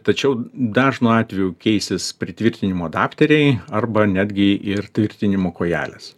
tačiau dažnu atveju keisis pritvirtinimo adapteriai arba netgi ir tvirtinimo kojelės